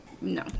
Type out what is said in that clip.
No